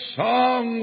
song